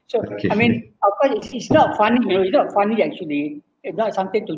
so I mean of course it is not funny you know it not funny actually it got something to